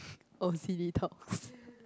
o_c_d talks